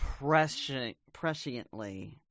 presciently